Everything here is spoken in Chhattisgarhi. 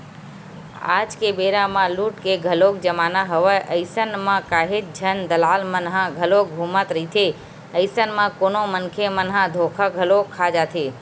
आज के बेरा म लूट के घलोक जमाना हवय अइसन म काहेच झन दलाल मन ह घलोक घूमत रहिथे, अइसन म कोनो मनखे मन ह धोखा घलो खा जाथे